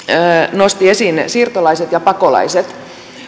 nosti esiin siirtolaiset ja pakolaiset